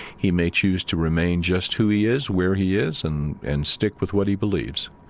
he may choose to remain just who he is, where he is, and and stick with what he believes.